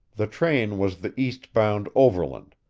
the train was the east-bound overland,